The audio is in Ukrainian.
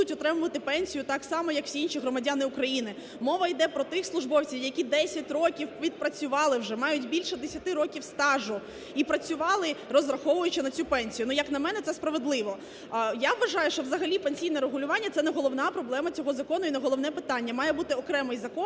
будуть отримувати пенсію так само, як всі інші громадяни України. Мова йде про тих службовців, які 10 років відпрацювали вже, мають більше 10 років стажу, і працювали, розраховуючи на цю пенсію. Ну, як на мене, це справедливо. Я вважаю, що взагалі пенсійне регулювання – це не головна проблема цього закону і не головне питання. Має бути окремий закон